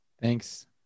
Thanks